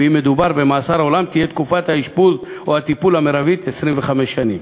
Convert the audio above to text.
ואם מדובר במאסר עולם תהיה תקופת האשפוז או הטיפול המרבית 25 שנים.